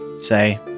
say